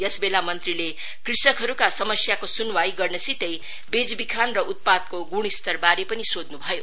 यस बेला मंत्रीले कृषकहरुका समस्याको सुनवाई गर्नसितै वेचविखान र उत्पादको गुणास्तरवारे पनि सोध्रु भयो